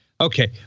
okay